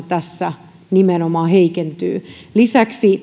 tässä nimenomaan heikentyy lisäksi